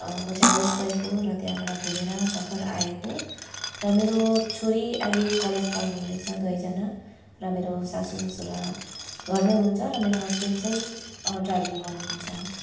म चाहिँ housewife हो र त्यहाँबाट घुमेर भर्खर आएको र मेरो छोरी अहिले कलेज पढ्नुहुँदैछ दुवैजना र मेरो सासू ससुरा घरमै हुनु हुन्छ र मेरो हज्बेन्ड चाहिँ ड्राइभिङ गर्नुहुन्छ